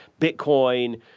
Bitcoin